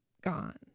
gone